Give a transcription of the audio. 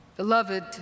Beloved